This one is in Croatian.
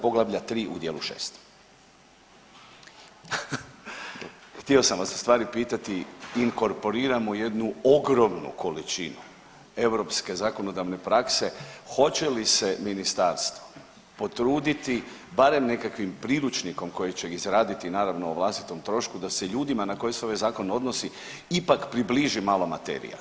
Poglavlja 3 u dijelu 6. Htio sam vas u stvari pitati, inkorporiramo jednu ogromnu količinu europske zakonodavne prakse, hoće li se ministarstvo potruditi barem nekakvim priručnikom kojeg će izraditi naravno o vlastitom trošku da se ljudima na koje se ovaj zakon odnosi ipak približi malo materija.